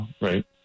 right